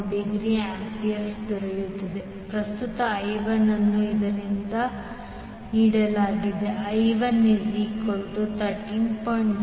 04°A ಪ್ರಸ್ತುತ I1 ಅನ್ನು ಇವರಿಂದ ನೀಡಲಾಗಿದೆ I12 j4I213